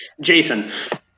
Jason